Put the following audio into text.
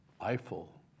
Eiffel